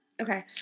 Okay